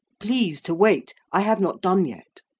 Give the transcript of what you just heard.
please to wait i have not done yet.